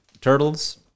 turtles